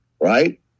right